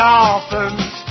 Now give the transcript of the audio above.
Dolphins